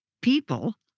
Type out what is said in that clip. people